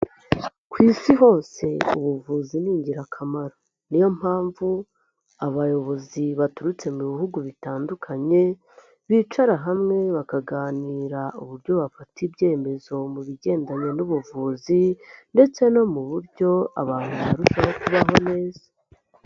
Ku isi hose ubuvuzi ni ingirakamaro, niyo mpamvu abayobozi baturutse mu bihugu bitandukanye, bicara hamwe bakaganira uburyo bafata ibyemezo mu bigendanye n'ubuvuzi, ndetse no mu buryo abantu barushaho kubaho neza.